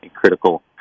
critical